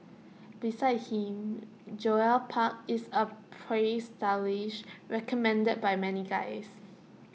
besides him Joel park is A praised stylist recommended by many guys